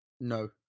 No